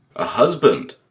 a husband!